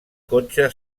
cotxe